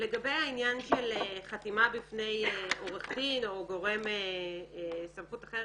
לגבי חתימה בפני עורך דין או גורם סמכות אחר